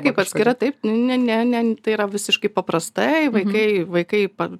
kaip atskira taip ne ne ne tai yra visiškai paprastai vaikai vaikai pa